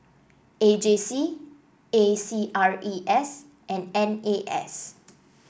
A J C A C R E S and N A S